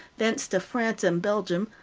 thence to france and belgium,